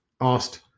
asked